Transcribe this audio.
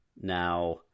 now